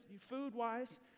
food-wise